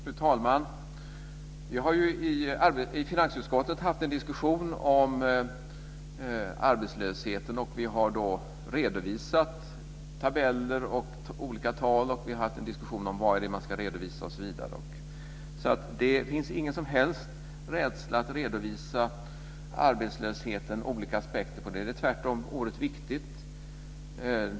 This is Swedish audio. Fru talman! Vi har ju i finansutskottet haft en diskussion om arbetslösheten. Vi har då redovisat tabeller och olika tal, och vi har haft en diskussion om vad det är man ska redovisa osv. Det finns ingen som helst rädsla att redovisa arbetslösheten och olika aspekter på den. Det är tvärtom oerhört viktigt.